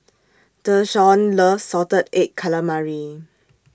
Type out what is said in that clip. Deshaun loves Salted Egg Calamari